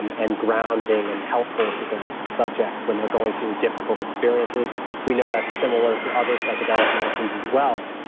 and and grounding and helpful to the subjects, when they're going through difficult experiences we know that's similar for other psychedelic medicines as well.